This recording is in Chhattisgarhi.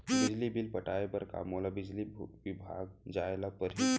बिजली बिल पटाय बर का मोला बिजली विभाग जाय ल परही?